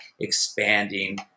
expanding